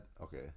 okay